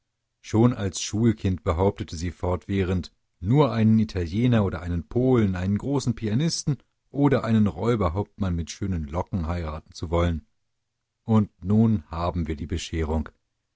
schon als schulkind behauptete sie fortwährend nur einen italiener oder einen polen einen großen pianisten oder einen räuberhauptmann mit schönen locken heiraten zu wollen und nun haben wir die bescherung